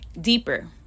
deeper